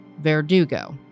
Verdugo